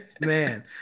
Man